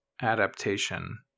adaptation